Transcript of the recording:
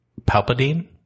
Palpatine